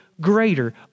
greater